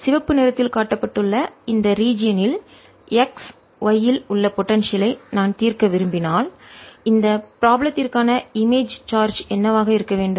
சிவப்பு நிறத்தில் காட்டப்பட்டுள்ள இந்த ரீஜியன் ல் x y இல் உள்ள போடன்சியல் ஐ நான் தீர்க்க விரும்பினால் இந்த ப்ராப்ளம் திற்கான இமேஜ் சார்ஜ் என்னவாக இருக்க வேண்டும்